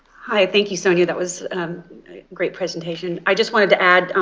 hi. thank you, sonja. that was a great presentation. i just wanted to add,